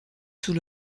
sous